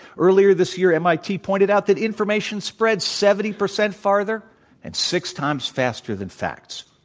earlier this year mit pointed out that information spreads seventy percent farther and six times faster than facts.